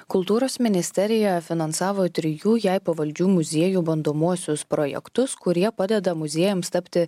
kultūros ministerija finansavo trijų jai pavaldžių muziejų bandomuosius projektus kurie padeda muziejams tapti